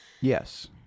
Yes